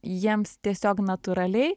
jiems tiesiog natūraliai